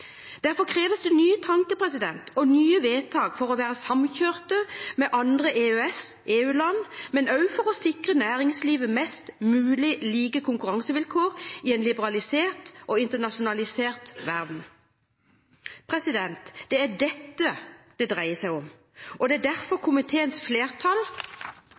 Derfor kreves det nye tanker og nye vedtak for å være samkjørt med andre EØS/EU-land, men også for å sikre næringslivet mest mulig like konkurransevilkår i en liberalisert og internasjonalisert verden. Det er dette det dreier seg om, og det er derfor komiteens flertall